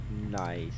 nice